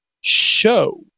Show